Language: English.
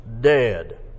dead